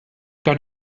got